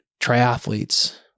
triathletes